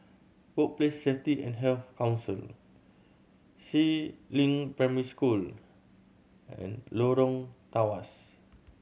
Workplace Safety and Health Council Si Ling Primary School and Lorong Tawas